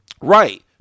Right